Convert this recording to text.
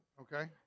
okay